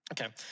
Okay